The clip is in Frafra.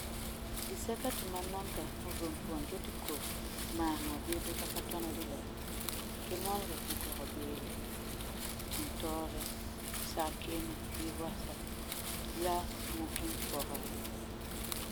Disɛka ti mam nɔŋɛ ka n vom puan gee ti ku maahegɔ bii duka ka tɔna de la kemɔlega kinkɔgebeele, tintɔɔrɛ, sageke'ene bii wasa la mui kinkɔgerɛ.